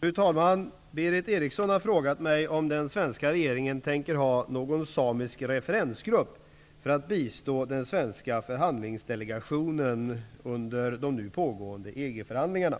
Fru talman! Berith Eriksson har frågat mig om den svenska regeringen tänker ha någon samisk referensgrupp för att bistå den svenska förhandlingsdelegationen under de nu pågående förhandlingarna.